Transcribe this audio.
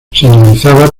señalizada